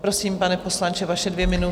Prosím, pane poslanče, vaše dvě minuty.